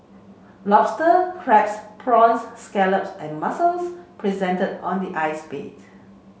lobster crabs prawns scallops and mussels presented on the ice bed